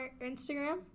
Instagram